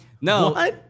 No